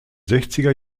sechziger